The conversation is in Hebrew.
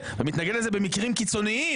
ומתנגד לזה במקרים קיצוניים,